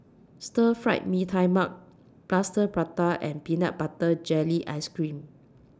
Stir Fried Mee Tai Mak Plaster Prata and Peanut Butter Jelly Ice Cream